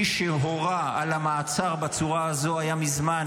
מי שהורה על המעצר בצורה הזו היה מזמן